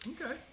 Okay